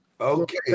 Okay